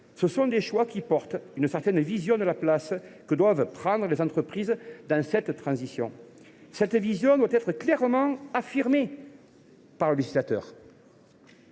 à un choix qui traduit une certaine vision de la place que doivent prendre les entreprises dans cette transition. Cette vision doit être clairement affirmée par le législateur.